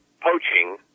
poaching